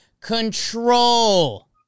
Control